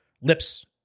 lips